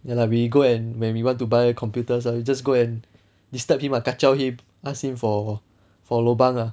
ya lah we go and when we want to buy computers ah we just go and disturb him ah kacau him ask him for for lobang ah